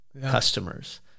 customers